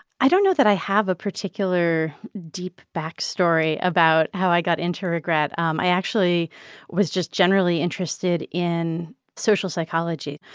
i don't know that i have a particular deep back story about how i got regret. um i actually was just generally interested in social psychology.